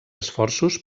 esforços